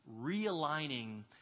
realigning